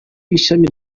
w’ishami